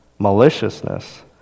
maliciousness